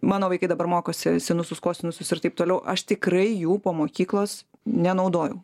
mano vaikai dabar mokosi sinusus kosinusus ir taip toliau aš tikrai jų po mokyklos nenaudojau